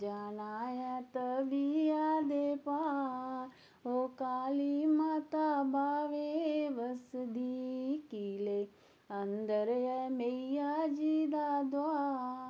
जाना ऐ तविया दे पार ओ काली माता बावे बसदी किले अंदर ऐ मईया जी दा द्वार